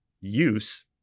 use